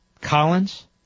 Collins